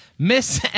Miss